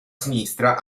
sinistra